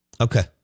Okay